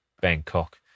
Bangkok